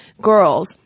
girls